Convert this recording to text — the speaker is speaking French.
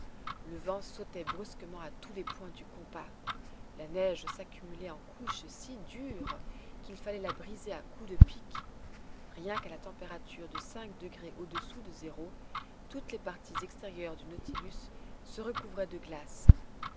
le vent sautait brusquement à tous les points du compas la neige s'accumulait en couches si dures qu'il fallait la briser à coups de pic rien qu'à la température de cinq degrés au-dessous de zéro toutes les parties extérieures du nautilus se recouvraient de glaces